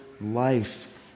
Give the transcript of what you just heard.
life